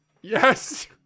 Yes